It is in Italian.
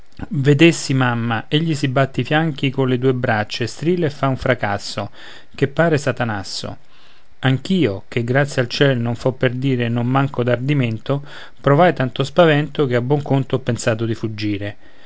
vedessi mamma egli si batte i fianchi colle due braccia e strilla e fa un fracasso che pare satanasso anch'io che grazie al ciel non fo per dire non manco d'ardimento provai tanto spavento che a buon conto ho pensato di fuggire